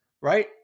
right